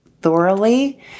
thoroughly